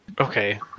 Okay